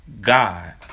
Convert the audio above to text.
God